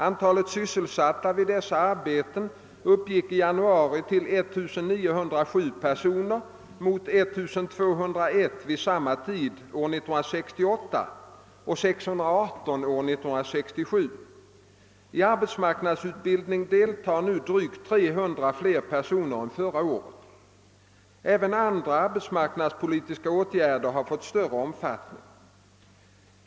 Antalet sysselsatta vid dessa arbeten uppgick i januari till 1907 personer mot 1201 vid samma tid år 1968 och 618 år 1967. I arbetsmarknadsutbildning deltar nu drygt 300 fler personer än förra året. även andra arbetsmarknadspolitiska åtgärder har fått större omfattning.